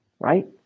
Right